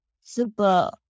super